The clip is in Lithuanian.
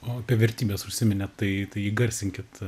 o apie vertybes užsiminėt tai tai įgarsinkit